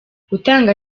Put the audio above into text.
gutanga